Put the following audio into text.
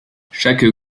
chaque